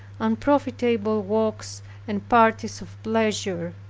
unprofitable walks and parties of pleasure.